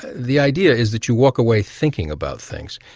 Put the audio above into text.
the idea is that you walk away thinking about things.